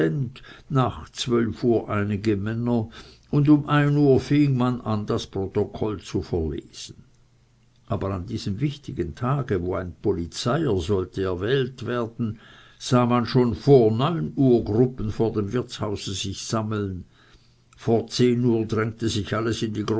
nach zwölf uhr einige männer und um ein uhr fing man an das protokoll zu verlesen aber an diesem wichtigen tage wo ein polizeier sollte erwählt werden sah man schon vor neun uhr gruppen vor dem wirtshause sich sammeln vor zehn uhr drängte sich alles